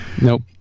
Nope